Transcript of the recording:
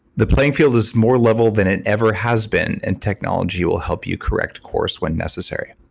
the playing field is more level than it ever has been and technology will help you correct course when necessary.